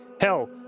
Hell